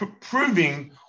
proving